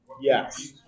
Yes